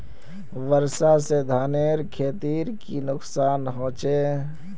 वर्षा से धानेर खेतीर की नुकसान होचे?